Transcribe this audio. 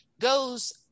goes